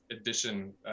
edition